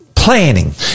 Planning